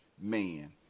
man